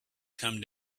come